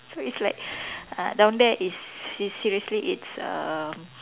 so it's like uh down there is sis~ seriously it's uh